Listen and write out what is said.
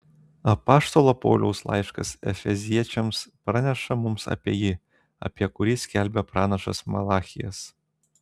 apaštalo pauliaus laiškas efeziečiams praneša mums apie jį apie kurį skelbė pranašas malachijas